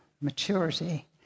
maturity